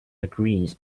agrees